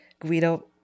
Guido